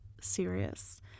serious